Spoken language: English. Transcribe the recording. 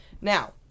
Now